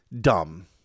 dumb